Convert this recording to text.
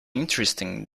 interesting